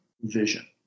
vision